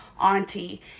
Auntie